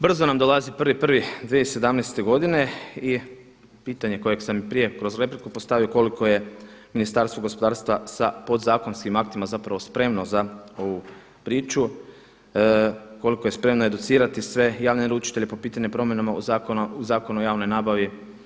Brzo nam dolazi 1.1.2017. godine i pitanje koje sam i prije kroz repliku postavio, koliko je Ministarstvo gospodarstva sa podzakonskim aktima spremno za ovu priču, koliko je spremno educirati sve javne naručitelje po pitanju promjena u Zakonu o javnoj nabavi.